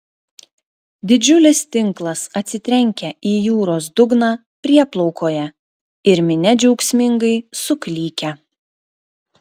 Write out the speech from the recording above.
didžiulis tinklas atsitrenkia į jūros dugną prieplaukoje ir minia džiaugsmingai suklykia